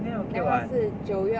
then okay [what]